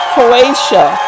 Croatia